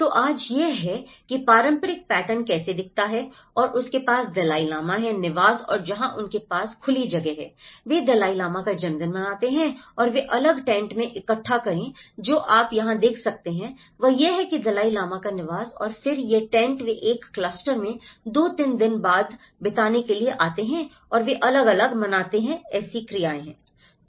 तो आज यह है कि पारंपरिक पैटर्न कैसा दिखता है और आपके पास दलाई लामा है निवास और जहां उनके पास खुली जगह है वे दलाई लामा का जन्मदिन मनाते हैं और वे अलग टेंट में इकट्ठा करें जो आप यहां देख सकते हैं वह यह है कि दलाई लामा का निवास और फिर ये टेंट वे एक क्लस्टर में 2 3 दिन बिताने के लिए आते हैं और वे अलग अलग मनाते हैं क्रियाएँ